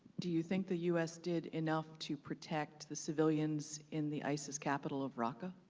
do you think the u s. did enough to protect the civilians in the isis capital of raqqa?